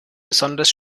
besonders